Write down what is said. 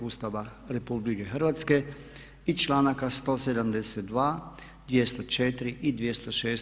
Ustava RH i članaka 172., 204. i 206.